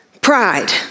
pride